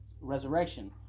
resurrection